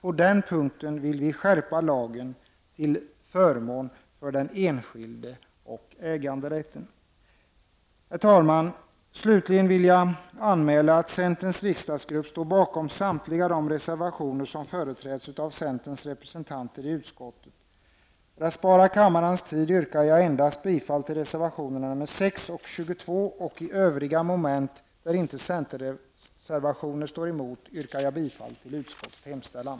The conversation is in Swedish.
På den punkten vill vi skärpa lagen till förmån för den enskilde och äganderätten. Herr talman! Slutligen vill jag anmäla att centerns riksdagsgrupp står bakom samtliga de reservationer som företräds av centerns representanter i utskottet. För att spara kammarens tid yrkar jag endast bifall till reservationerna nr 6 och 22. I de moment där centerreservationer inte står emot yrkar jag bifall till utskottets hemställan.